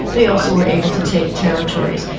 they also were able to take territories,